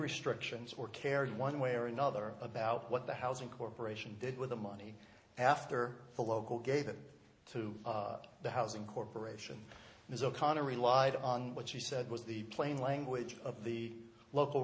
restrictions or care one way or another about what the housing corporation did with the money after the local gave it to the housing corporation ms o'connor relied on what she said was the plain language of the local